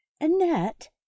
Annette